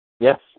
Yes